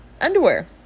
underwear